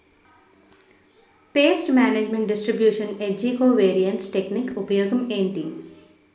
paste management distribution ఏజ్జి covariance technique ఉపయోగం ఏంటి